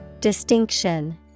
Distinction